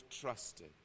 trusted